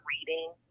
reading